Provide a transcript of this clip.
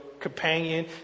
companion